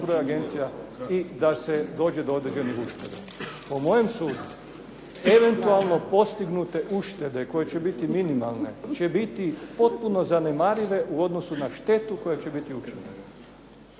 i da se dođe do određenih ušteda. Po mojem sudu eventualno postignute uštede koje će biti minimalne će biti potpuno zanemarive u odnosu na štetu koja će biti učinjena.